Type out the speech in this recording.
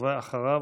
ואחריו,